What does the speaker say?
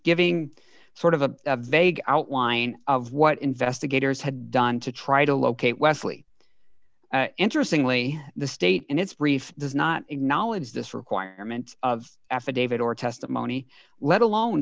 giving sort of a vague outline of what investigators had done to try to locate wesley interestingly the state and its brief does not acknowledge this requirement of affidavit or testimony let alone